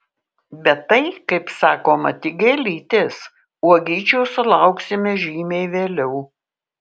bet tai kaip sakoma tik gėlytės o uogyčių sulauksime žymiai vėliau